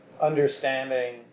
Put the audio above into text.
understanding